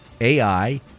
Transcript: AI